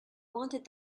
wanted